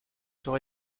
sur